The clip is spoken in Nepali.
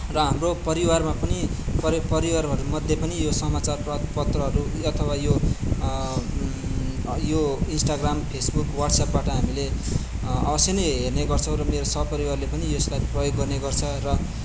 र हाम्रो परिवारमा पनि परिवारहरूमध्ये पनि यो समाचार पत्रहरू अथवा यो यो इन्स्टाग्राम फेसबुक वाट्सएपबाट हामीले अवश्य नै हेर्ने गर्छौँ र मेरो सपरिवारले पनि यसलाई प्रयोग गर्ने गर्छ र